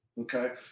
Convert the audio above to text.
Okay